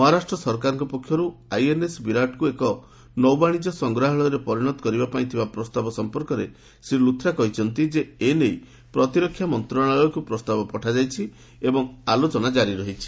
ମହାରାଷ୍ଟ୍ର ସରକାରଙ୍କ ପକ୍ଷରୁ ଆଇଏନ୍ଏସ୍ ବିରାଟକୁ ଏକ ନୌବାଣିଜ୍ୟ ସଂଗ୍ରହାଳୟରେ ପରିଣତ କରିବା ପାଇଁ ଥିବା ପ୍ରସ୍ତାବ ସଂର୍ପକରେ ଶ୍ରୀ ଲୁଥ୍ରା କହିଚ୍ଚନ୍ତି ଯେ ଏ ନେଇ ପ୍ରତିରକ୍ଷା ମନ୍ତ୍ରଣାଳୟକୁ ପ୍ରସ୍ତାବ ପଠାଯାଇଛି ଏବଂ ଆଲୋଚନା ଜାରି ରହିଛି